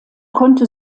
konnte